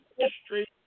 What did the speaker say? history